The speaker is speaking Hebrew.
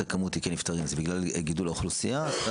בכמות הנפטרים זה בגלל גידול האוכלוסייה?